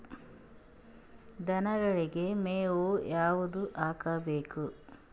ದನಗಳಿಗೆ ಮೇವು ಯಾವುದು ಹಾಕ್ಬೇಕು?